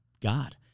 God